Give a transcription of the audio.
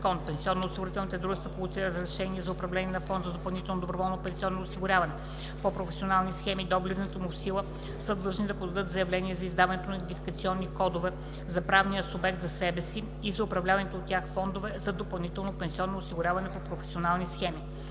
пенсионноосигурителните дружества, получили разрешение за управление на фонд за допълнително доброволно пенсионно осигуряване по професионални схеми до влизането му в сила, са длъжни да подадат заявления за издаването на идентификационни кодове на правния субект за себе си и за управляваните от тях фондове за допълнително пенсионно осигуряване по професионални схеми“.